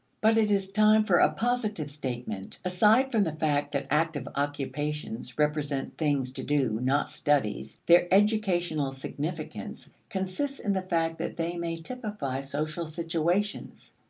but it is time for a positive statement. aside from the fact that active occupations represent things to do, not studies, their educational significance consists in the fact that they may typify social situations.